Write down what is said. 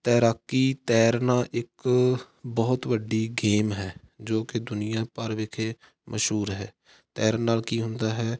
ਤੈਰਾਕੀ ਤੈਰਨਾ ਇੱਕ ਬਹੁਤ ਵੱਡੀ ਗੇਮ ਹੈ ਜੋ ਕਿ ਦੁਨੀਆ ਭਰ ਵਿਖੇ ਮਸ਼ਹੂਰ ਹੈ ਤੈਰਨ ਨਾਲ ਕੀ ਹੁੰਦਾ ਹੈ